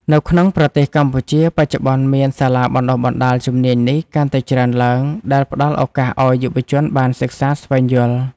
នៅក្នុងប្រទេសកម្ពុជាបច្ចុប្បន្នមានសាលាបណ្តុះបណ្តាលជំនាញនេះកាន់តែច្រើនឡើង ដែលផ្តល់ឱកាសឱ្យយុវជនបានសិក្សាស្វែងយល់។